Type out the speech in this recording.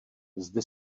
zde